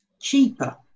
cheaper